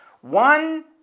one